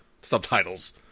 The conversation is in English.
subtitles